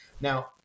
Now